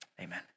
amen